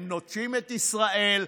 הם נוטשים את ישראל,